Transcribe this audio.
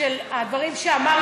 לכל אורך הדברים שאמרתי,